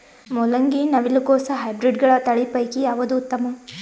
ಮೊಲಂಗಿ, ನವಿಲು ಕೊಸ ಹೈಬ್ರಿಡ್ಗಳ ತಳಿ ಪೈಕಿ ಯಾವದು ಉತ್ತಮ?